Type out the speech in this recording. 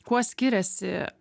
kuo skiriasi